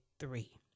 Three